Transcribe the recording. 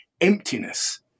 emptiness